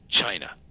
China